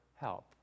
help